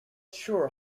sure